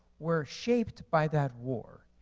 were shaped by that war.